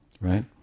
right